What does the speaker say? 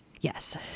Yes